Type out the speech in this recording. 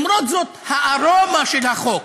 למרות זאת, הארומה של החוק,